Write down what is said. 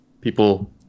People